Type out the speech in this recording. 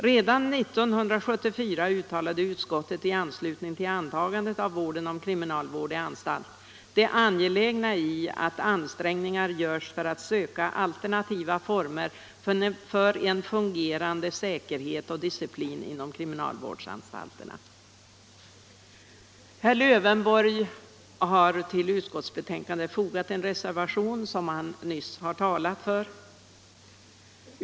Redan 1974 framhöll utskottet i anslutning till antagandet av lagen om kriminalvård i anstalt det angelägna i att ansträngningar görs för att söka alternativa former för en fungerande säkerhet och disciplin inom kriminalvårdsanstalterna. Herr Lövenborg har till utskottets betänkande fogat en reservation, som han nyss talat för.